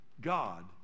God